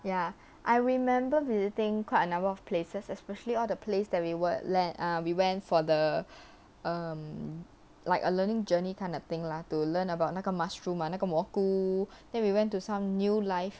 ya I remember visiting quite a number of places especially all the place that we err we went for the um like a learning journey kind of thing lah to learn about 那个 mushroom ah 那个蘑菇 then we went to some new life